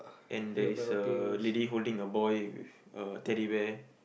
and there is a lady holding a boy with a Teddy Bear